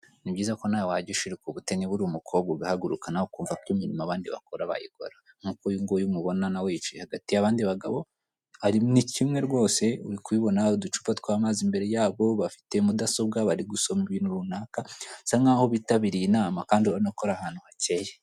Ni byiza ko nawe wajya ushiruka ubute niba uri umukobwa ugahaguruka nawe ukumva ko imirimo abandi bakora wayikora. Nk'uko uyunguyu umubona na hagati y'abandi bagabo, baremwe kimwe rwose, bafite mudasobwa imbere yabo, bari gusoma ibintu runaka, bisa nk'aho bitabiriye inama kandi urabona ko bari agantu hakeye.